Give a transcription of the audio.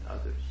others